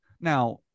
now